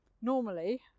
normally